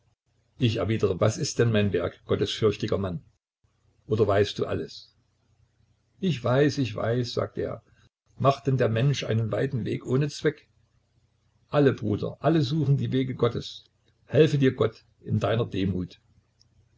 ich erwidere was ist denn mein werk gottesfürchtiger mann oder weißt du alles ich weiß ich weiß sagt er macht denn der mensch einen weiten weg ohne zweck alle bruder alle suchen die wege gottes helfe dir gott in deiner demut